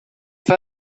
that